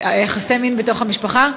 יחסי מין בתוך המשפחה,